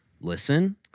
Listen